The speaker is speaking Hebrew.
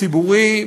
ציבורי,